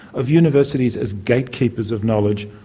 of universities as gatekeepers of knowledge,